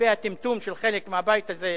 לגבי הטמטום של חלק מהבית הזה,